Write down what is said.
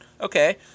Okay